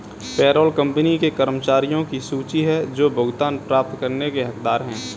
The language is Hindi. पेरोल कंपनी के कर्मचारियों की सूची है जो भुगतान प्राप्त करने के हकदार हैं